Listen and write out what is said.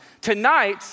tonight